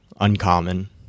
uncommon